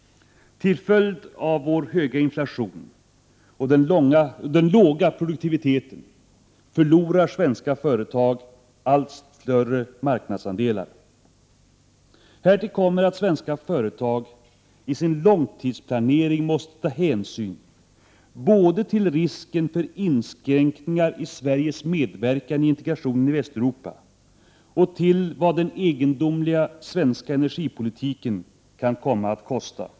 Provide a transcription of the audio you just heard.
Till följd av vår höga inflation och den låga produktiviteten förlorar svenska företag allt större marknadsandelar. Härtill kommer, att svenska företag i sin långtidsplanering måste ta hänsyn både till risken för inskränkningar i Sveriges medverkan i integrationen i Västeuropa och till vad den egendomliga svenska energipolitiken kan komma att kosta.